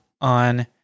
on